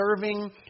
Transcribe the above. serving